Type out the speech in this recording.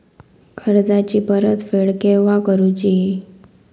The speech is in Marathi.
कर्जाची परत फेड केव्हा करुची?